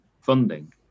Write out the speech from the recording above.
funding